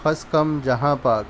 کھسکم جہاں پاک